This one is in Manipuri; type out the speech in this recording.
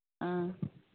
ꯑꯥ